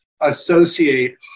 associate